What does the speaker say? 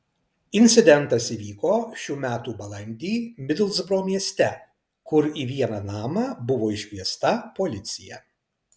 incidentas įvyko šių metų balandį midlsbro mieste kur į vieną namą buvo iškviesta policija